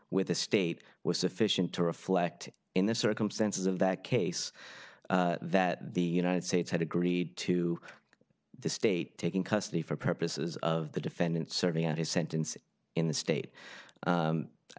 with the state was sufficient to reflect in the circumstances of that case that the united states had agreed to the state taking custody for purposes of the defendant serving out his sentence in the state